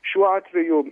šiuo atveju